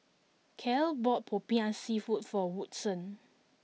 Cale bought Popiah seafood for Woodson